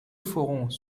ferons